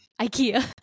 Ikea